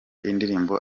indirimbo